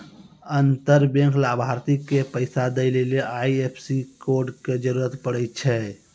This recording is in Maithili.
अंतर बैंक लाभार्थी के पैसा दै लेली आई.एफ.एस.सी कोड के जरूरत पड़ै छै